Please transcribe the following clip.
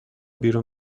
بیرون